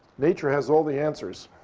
nature has all the answers.